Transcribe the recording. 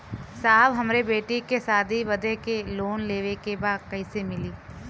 साहब हमरे बेटी के शादी बदे के लोन लेवे के बा कइसे मिलि?